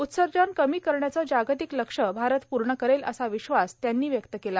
उत्सर्जन कमी करण्याचे जागतिक लक्ष्य भारत पूर्ण करेल असा विश्वास त्यांनी व्यक्त केला